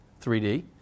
3D